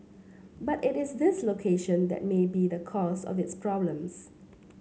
but it is this location that may be the cause of its problems